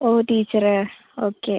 ഓ ടീച്ചറെ ഓക്കെ